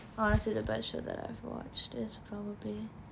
honestly the best show that I've watched is probably